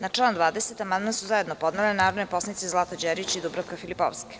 Na član 20. amandman su zajedno podnele narodni poslanici Zlata Đerić i Dubravka Filipovski.